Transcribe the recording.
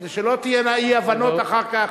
כדי שלא תהיינה אי-הבנות אחר כך,